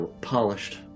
polished